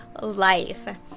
life